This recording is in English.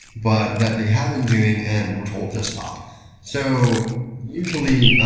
but that they have been doing and were told to stop so usually,